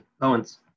Owens